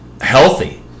healthy